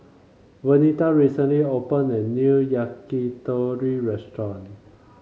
Venita recently opened a new Yakitori Restaurant